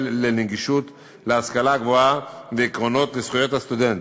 לנגישות להשכלה גבוהה ועקרונות לזכויות הסטודנט,